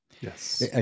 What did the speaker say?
Yes